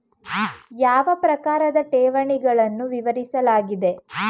ಯಾವ ಪ್ರಕಾರದ ಠೇವಣಿಗಳನ್ನು ವಿವರಿಸಲಾಗಿದೆ?